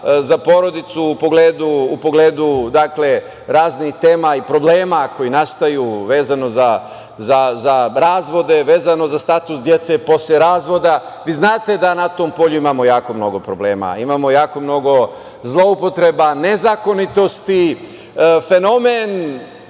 za porodicu u pogledu raznih tema i problema koji nastaju vezano za razvode, za status dece posle razvoda. Znate da na tom polju imamo jako mnogo problema, imamo jako mnogo zloupotreba, nezakonitosti. Fenomen